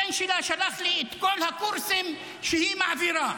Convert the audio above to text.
הבן שלה שלח לי את כל הקורסים שהיא מעבירה: